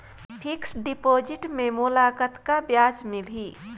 Fixed deposit मे मोला कतका ब्याज मिलही?